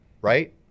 right